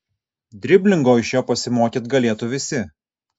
driblingo iš jo pasimokyt galėtų visi